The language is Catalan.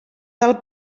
del